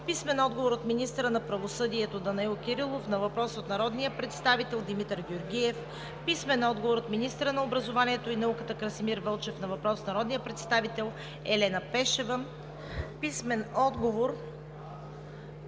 Йорданов; - министъра на правосъдието Данаил Кирилов на въпрос от народния представител Димитър Георгиев; - министъра на образованието и науката Красимир Вълчев на въпрос от народния представител Елена Пешева; - министъра